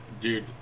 dude